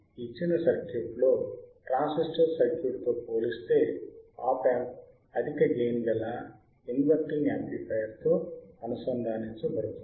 ఇచ్చిన సర్క్యూట్లో ట్రాన్సిస్టర్ సర్క్యూట్తో పోలిస్తే ఆప్ ఆంప్ అధిక గెయిన్ గల ఇంవర్టింగ్ యాంప్లిఫైయర్ తో అనుసంధానించబడుతుంది